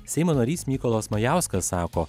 seimo narys mykolas majauskas sako